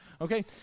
Okay